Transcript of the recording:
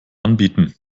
anbieten